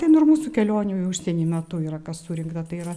nu ir mūsų kelionių į užsienį metu yra kas surinkta tai yra